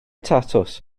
tatws